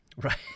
right